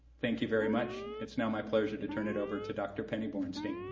thank you very much. it's now my pleasure to turn it over to dr. penny borenstein.